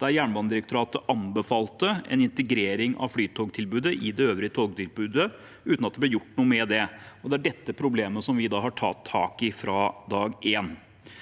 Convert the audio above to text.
der Jernbanedirektoratet anbefalte en integrering av flytogtilbudet i det øvrige togtilbudet, uten at det ble gjort noe med det. Det er dette problemet vi har tatt tak i fra dag én.